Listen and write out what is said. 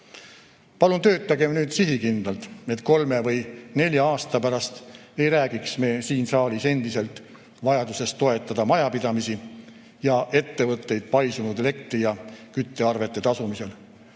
Palun töötagem nüüd sihikindlalt, et kolme või nelja aasta pärast ei räägiks me siin saalis endiselt vajadusest toetada majapidamisi ja ettevõtteid paisunud elektri- ja küttearvete tasumisel,